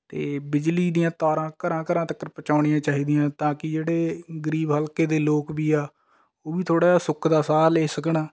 ਅਤੇ ਬਿਜਲੀ ਦੀਆਂ ਤਾਰਾਂ ਘਰਾਂ ਘਰਾਂ ਤੱਕ ਪਹੁੰਚਾਉਣੀਆਂ ਚਾਹੀਦੀਆਂ ਤਾਂ ਕਿ ਜਿਹੜੇ ਗਰੀਬ ਹਲਕੇ ਦੇ ਲੋਕ ਵੀ ਹੈ ਉਹ ਵੀ ਥੋੜ੍ਹਾ ਜਿਹਾ ਸੁੱਖ ਦਾ ਸਾਹ ਲੈ ਸਕਣ